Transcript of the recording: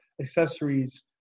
accessories